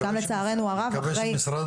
גם לצערנו הרב --- אני מקווה שמשרד